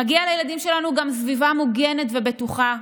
מגיעה לילדים שלנו גם סביבה מוגנת ובטוחה,